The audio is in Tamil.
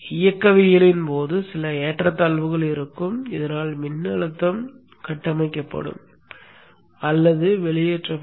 இயக்கவியலின் போது சில ஏற்றத்தாழ்வுகள் இருக்கும் இதனால் மின்னழுத்தம் கட்டமைக்கப்படும் அல்லது வெளியேற்றப்படும்